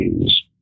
days